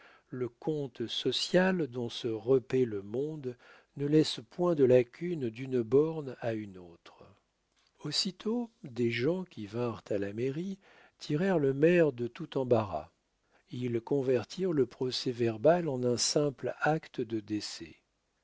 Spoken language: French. le conte social dont se repaît le monde ne laisse point de lacune d'une borne à une autre aussitôt des gens qui vinrent à la mairie tirèrent le maire de tout embarras ils convertirent le procès-verbal en un simple acte de décès